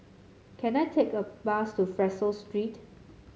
can I take a bus to Fraser Street